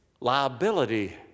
liability